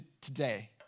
today